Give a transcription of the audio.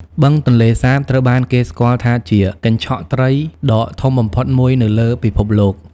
បឹងទន្លេសាបត្រូវបានគេស្គាល់ថាជា កញ្ឆក់ត្រី ដ៏ធំបំផុតមួយនៅលើពិភពលោក។